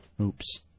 Oops